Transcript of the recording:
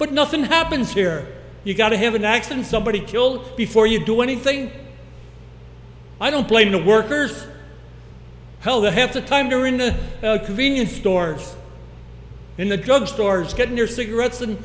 but nothing happens here you've got to have an accident somebody killed before you do anything i don't blame the workers hell the half the time during the convenience stores in the drugstores getting your cigarettes and